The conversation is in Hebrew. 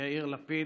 יאיר לפיד,